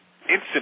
instant